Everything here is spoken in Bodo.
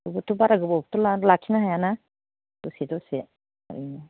थेवबोथ' बारा गोबावबोथ' लाखिनो हायाना दसे दसे ओरैनो